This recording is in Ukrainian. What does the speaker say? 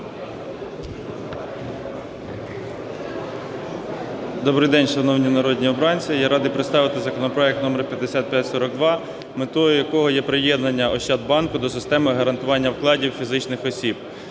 Добрий день, шановні народні обранці! Я радий представити законопроект № 5542, метою якого є приєднання Ощадбанку до системи гарантування вкладів фізичних осіб,